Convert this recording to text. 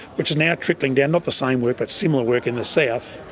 which is now trickling down, not the same work, but similar work in the south,